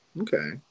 okay